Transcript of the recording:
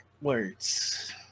words